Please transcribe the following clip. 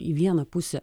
į vieną pusę